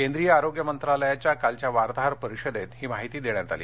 केंद्रीय आरोग्य मंत्रालयाच्या कालच्या वार्ताहर परिषदेत ही माहिती देण्यात आली